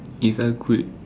if i could